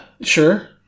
sure